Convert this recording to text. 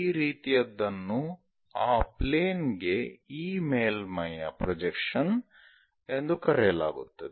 ಈ ರೀತಿಯದ್ದನ್ನು ಆ ಪ್ಲೇನ್ ಗೆ ಈ ಮೇಲ್ಮೈಯ ಪ್ರೊಜೆಕ್ಷನ್ ಎಂದು ಕರೆಯಲಾಗುತ್ತದೆ